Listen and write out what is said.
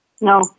No